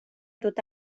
tot